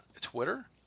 Twitter